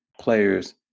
players